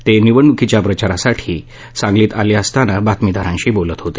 ते निवडणुकीच्या प्रचारासाठी सांगलीत आले असताना बातमीदारांसी बोलत होते